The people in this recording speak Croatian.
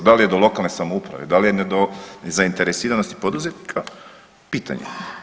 Da li je do lokalne samouprave, da li je do nezainteresiranosti poduzetnika, pitanje je.